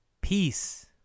Peace